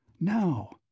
Now